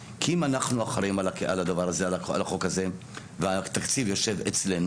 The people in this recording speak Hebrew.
אם אנחנו אחראים על החוק הזה והתקציב יושב אצלנו,